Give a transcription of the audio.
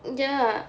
ya